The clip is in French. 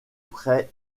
près